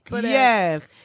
Yes